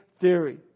theory